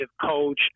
coach